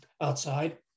outside